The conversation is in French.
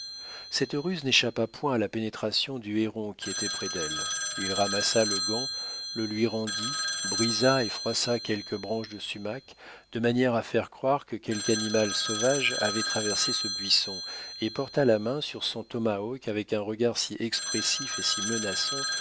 cette ruse n'échappa point à la pénétration du huron qui était près d'elle il ramassa le gant le lui rendit brisa et froissa quelques branches de sumac de manière à faire croire que quelque animal sauvage avait traversé ce buisson et porta la main sur son tomahawk avec un regard si expressif et si menaçant